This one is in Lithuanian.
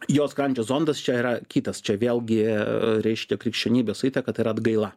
jo skrandžio zondas čia yra kitas čia vėlgi reiškia krikščionybės įtaka tai yra atgaila